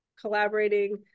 collaborating